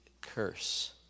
curse